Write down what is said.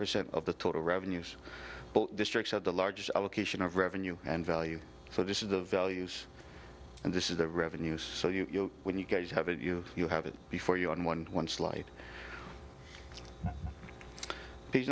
percent of the total revenues districts had the largest allocation of revenue and value so this is the values and this is the revenue so you when you guys have it you you have it before you own one one